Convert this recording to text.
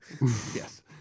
yes